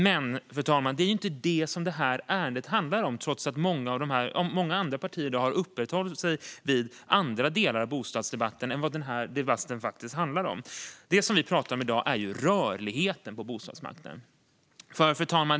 Men, fru talman, det är inte det som det här ärendet handlar om. Många andra partier har i dag uppehållit sig vid andra delar av bostadsdebatten än vad den här debatten faktiskt handlar om. Det som vi ska prata om i dag är ju rörligheten på bostadsmarknaden. Fru talman!